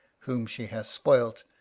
whom she has spoiled,